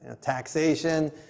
Taxation